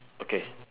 okay